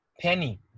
penny